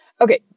Okay